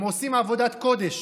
הם עושים עבודת קודש,